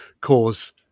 cause